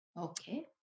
Okay